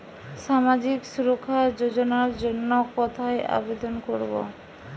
সামাজিক সুরক্ষা যোজনার জন্য কোথায় আবেদন করব?